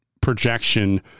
projection